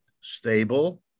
stable